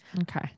Okay